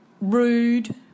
rude